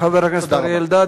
תודה לחבר הכנסת אריה אלדד.